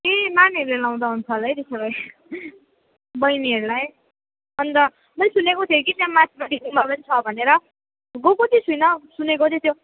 ए नानीहरूलाई लाउँदा हुन्छ होला है त्यसोभए बहिनीहरूलाई अनि त मैले सुनेको थिएँ कि त्यहाँ माथिपट्टि गुम्बा पनि छ भनेर गएको चाहिँ छुइनँ सुनेको चाहिँ थियो